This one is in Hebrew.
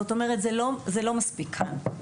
זאת אומרת, זה לא מספיק כאן.